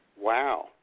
wow